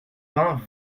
vingt